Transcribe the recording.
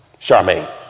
Charmaine